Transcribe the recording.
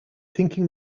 thinking